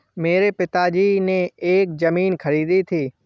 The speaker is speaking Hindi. मेरे पिताजी ने एक जमीन खरीदी थी